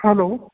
hello